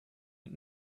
mit